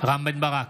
רם בן ברק,